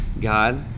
God